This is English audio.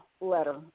letter